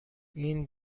این